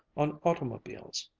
on automobiles.